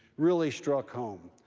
really struck home.